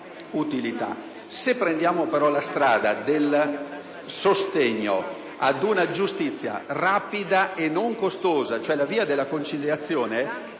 Se prendiamo però la strada del sostegno ad una giustizia rapida e non costosa, cioè la via della conciliazione,